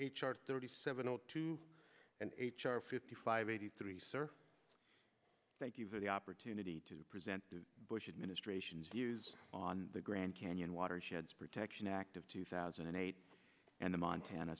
thirty seven o two and h r fifty five eighty three sir thank you for the opportunity to present the bush administration's views on the grand canyon watersheds protection act of two thousand and eight and the montana